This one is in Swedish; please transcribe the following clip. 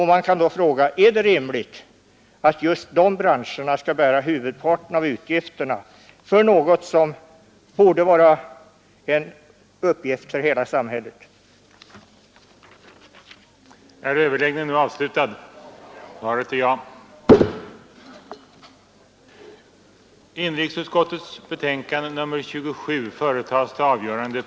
Man kan då fråga: Är det rimligt att just de branscherna skall bära huvudparten av utgifterna för något som borde vara en uppgift för hela samhället? tar nej.